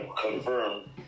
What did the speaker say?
confirmed